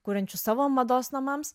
kuriančių savo mados namams